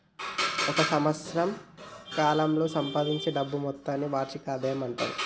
ఒక సంవత్సరం కాలంలో సంపాదించే డబ్బు మొత్తాన్ని వార్షిక ఆదాయం అంటారు